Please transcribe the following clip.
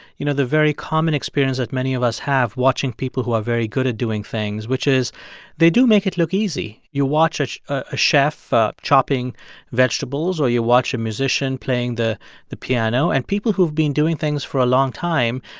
you know, the very common experience that many of us have watching people who are very good at doing things, which is they do make it look easy. you watch a chef chopping vegetables, or you watch a musician playing the the piano, and people who've been doing things for a long time,